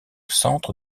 centre